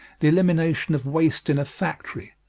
the elimination of waste in a factory,